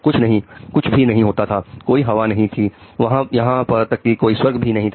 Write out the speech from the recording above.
कुछ नहीं कुछ भी नहीं होता था कोई हवा नहीं थी यहां तक कि कोई स्वर्ग भी नहीं था